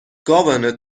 governor